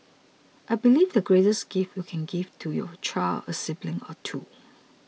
I believe the greatest gift you can give to your child is a sibling or two